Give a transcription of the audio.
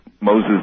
Moses